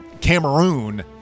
Cameroon